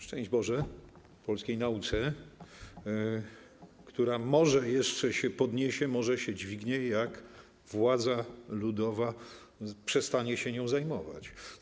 Szczęść Boże polskiej nauce, która może jeszcze się podniesie, może się dźwignie, jak władza ludowa przestanie się nią zajmować.